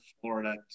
Florida